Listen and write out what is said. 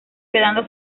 quedando